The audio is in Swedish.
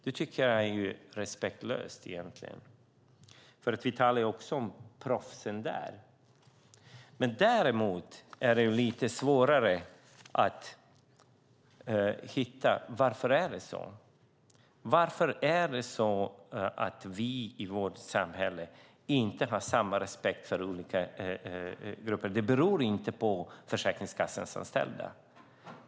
Det tycker jag är respektlöst, för vi talar även där om proffs. Däremot är det lite svårare att hitta varför det är så. Varför ska det vara så svårt i vårt samhälle att ha samma respekt för olika grupper? Det beror inte på Försäkringskassans anställda.